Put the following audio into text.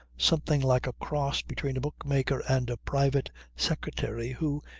something like a cross between a bookmaker and a private secretary, who,